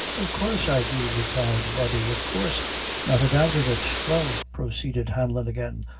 of coorse i do, replied body, of coorse not a doubt of it. well, proceeded hanlon again,